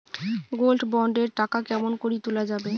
Gold bond এর টাকা কেমন করি তুলা যাবে?